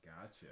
Gotcha